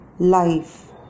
Life